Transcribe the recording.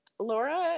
Laura